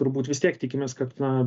turbūt vis tiek tikimės kad na